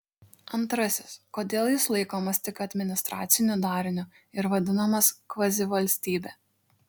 antrasis kodėl jis laikomas tik administraciniu dariniu ir vadinamas kvazivalstybe